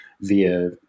via